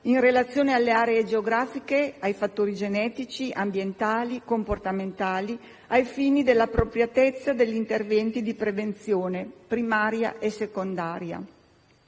in relazione alle aree geografiche, ai fattori genetici, ambientali e comportamentali, ai fini dell'appropriatezza degli interventi di prevenzione primaria e secondaria.